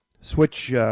switch –